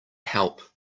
help